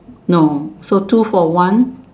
no so two for one